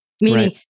Meaning